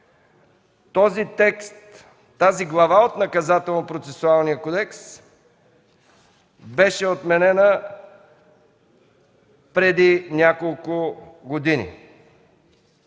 този текст, тази глава от Наказателно-процесуалния кодекс беше отменена преди няколко години.